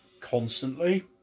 constantly